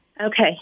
Okay